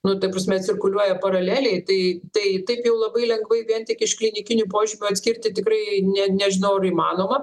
nu ta prasme cirkuliuoja paraleliai tai tai taip jau labai lengvai vien tik iš klinikinių požymių atskirti tikrai ne nežinau ar įmanoma